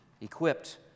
equipped